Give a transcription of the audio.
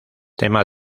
tema